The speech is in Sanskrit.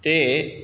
ते